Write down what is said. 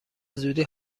زودی